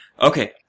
Okay